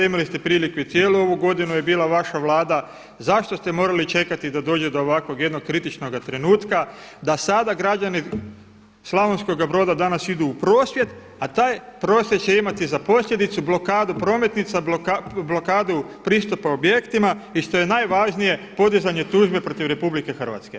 Imali ste priliku i cijelu ovu godinu je bila vaša Vlada, zašto ste morali čekati da dođe do ovakvog jednog kritičnog trenutak da sada građani Slavonskoga Broda danas idu u prosvjed a taj prosvjed će imati za posljedicu blokadu prometnica, blokadu pristupa objektima i što je najvažnije podizanje tužbe protiv RH.